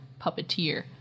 puppeteer